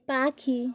পাখি